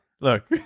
Look